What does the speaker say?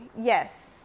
Yes